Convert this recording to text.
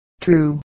true